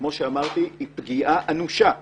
וכמו שאמרתי היא יכולה להיות פגיעה אנושה